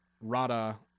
Rada